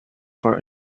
for